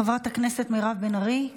חברת הכנסת מירב בן ארי.